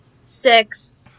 Six